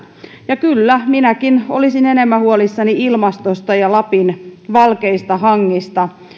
ja kyllä minäkin olisin enemmän huolissani ilmastosta ja lapin valkeista hangista